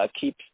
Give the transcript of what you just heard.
keep